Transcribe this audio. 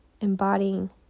embodying